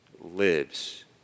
lives